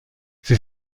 sie